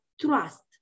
trust